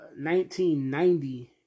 1990